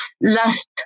last